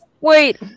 Wait